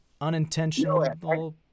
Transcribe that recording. unintentional